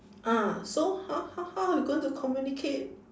ah so how how how you going to communicate